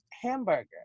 hamburger